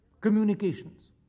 Communications